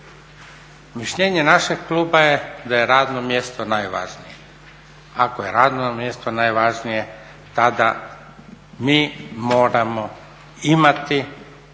Mišljenje našeg kluba je da je radno mjesto najvažnije. Ako je radno mjesto najvažnije tada mi moramo imati